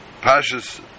Pasha's